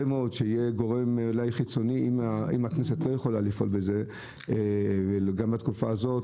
אם הכנסת לא יכולה לפעול בזה גם בתקופה הזאת,